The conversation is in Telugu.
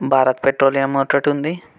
భారత్ పెట్రోలియం ఒకటి ఉంది